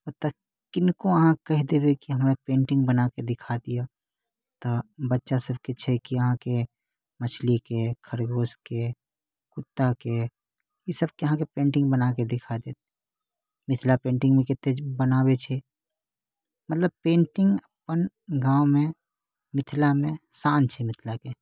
ओतऽ किनको अहाँ कहि देबै कि अहाँ हमरा पेन्टिंग बनाकऽ देखा दिअ तऽ बच्चा सभकेँ छै अहाँकेँ मछलीके खरगोशके कुत्ताके ई सभकेँ अहाँकेँ पेन्टिंग बनाके देखा देत मिथिला पेन्टिंगमे कते बनाबै छै मतलब पेन्टिंग अपन गाँवमे मिथिलामे शान छै मिथिलाकेँ